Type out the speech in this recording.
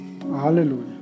Hallelujah